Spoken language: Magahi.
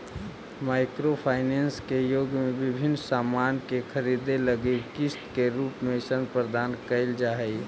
माइक्रो फाइनेंस के युग में विभिन्न सामान के खरीदे लगी किस्त के रूप में ऋण प्रदान कईल जा हई